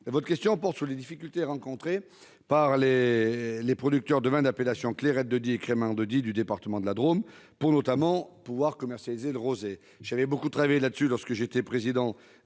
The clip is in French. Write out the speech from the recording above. Votre question porte sur les difficultés rencontrées par les producteurs de vin d'appellation Clairette de Die et Crémant de Die du département de la Drôme pour commercialiser notamment le rosé. J'ai beaucoup travaillé sur le sujet lorsque je présidais